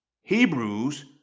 Hebrews